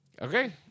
okay